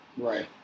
right